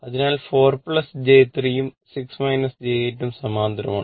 അതിനാൽ ഈ 4 j 3 ഉം 6 j 8 ഉം സമാന്തരമാണ്